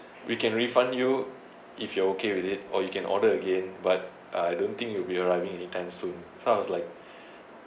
we can refund you if you are okay with it or you can order again but I don't think it will be arriving anytime soon so I was like